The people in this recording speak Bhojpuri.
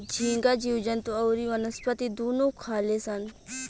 झींगा जीव जंतु अउरी वनस्पति दुनू खाले सन